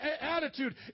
attitude